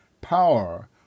power